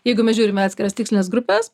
jeigu mes žiūrime atskiras tikslines grupes